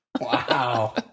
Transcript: Wow